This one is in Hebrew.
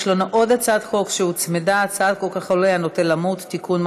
יש לנו עוד הצעת חוק שהוצמדה: הצעת החולה הנוטה למות (תיקון,